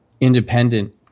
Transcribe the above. independent